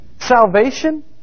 Salvation